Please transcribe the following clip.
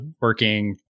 working